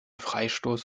freistoß